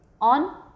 on